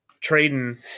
Trading